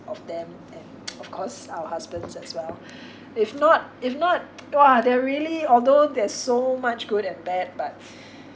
of them and of course our husbands as well if not if not !wah! they're really although there's so much good and bad but